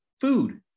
food